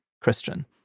Christian